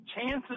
chances